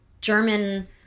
German